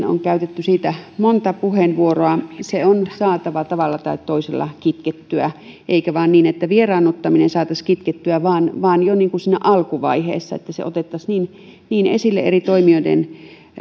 on käytetty monta puheenvuoroa se on saatava tavalla tai toisella kitkettyä eikä vain niin että vieraannuttaminen saataisiin kitkettyä vaan vaan jo siinä alkuvaiheessa se otettaisiin esille eri toimijoiden